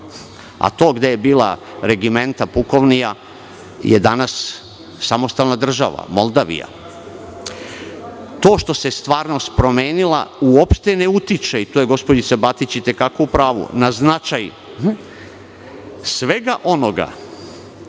a to gde je bila regimenta pukovnija je danas samostalna država Moldavija. To što se stvarnost promenila uopšte ne utiče, to je gospođica Batić i te kako u pravu, na značaj svega onoga